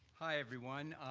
hi, everyone.